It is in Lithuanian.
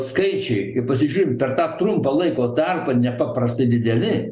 skaičiai ir pasižiūrim per tą trumpą laiko tarpą nepaprastai dideli